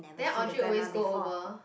then Audrey always go over